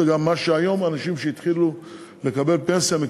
וגם מה שהיום מקבלים אנשים שהתחילו לקבל פנסיה.